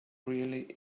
really